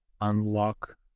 unlock